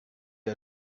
you